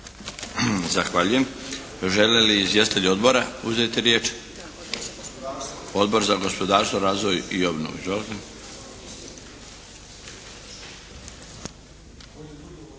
Zahvaljujem. Žele li izvjestitelji odbora uzeti riječ? Odbor za gospodarstvo, razvoj i obnovu.